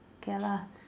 okay lah